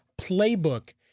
playbook